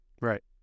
Right